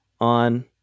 on